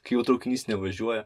kai jau traukinys nevažiuoja